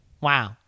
Wow